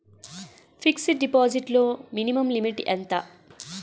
Fixed deposit లో minimum limit ఎంత?